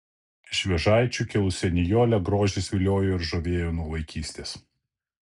iš vėžaičių kilusią nijolę grožis viliojo ir žavėjo nuo vaikystės